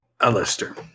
Alistair